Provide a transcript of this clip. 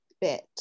bit